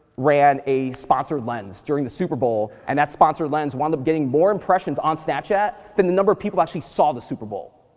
ran a sponsored lens during the super bowl, and that sponsored lens wound up getting more impressions on snapchat than the number of people who actually saw the super bowl.